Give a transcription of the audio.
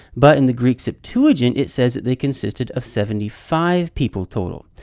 but, in the greek septuagint, it says that they consisted of seventy five people total.